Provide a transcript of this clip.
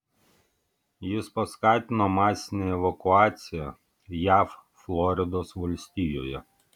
jis paskatino masinę evakuaciją jav floridos valstijoje